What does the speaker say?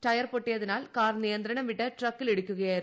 tyre പൊട്ടിയതിനാൽ car നിയന്ത്രണം വിട്ട് ട്രിക്കിലിടിക്കുകയായിരുന്നു